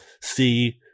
see